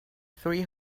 three